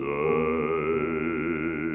die